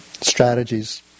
strategies